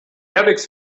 airbags